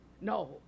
No